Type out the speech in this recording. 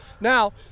now